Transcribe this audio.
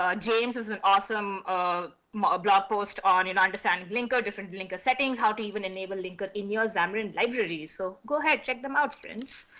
ah james has an awesome um blog post on understanding linker, different linker settings, how to even enable linker in your xamarin libraries. so go ahead, check them out, friends.